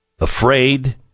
Afraid